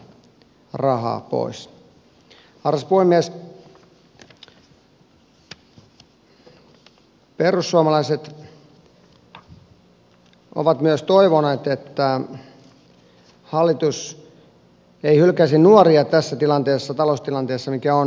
perussuomalaiset ovat myös toivoneet että hallitus ei hylkäisi nuoria tässä taloustilanteessa mikä on